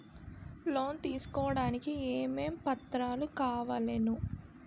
Loan తీసుకోడానికి ఏమేం పత్రాలు కావలెను?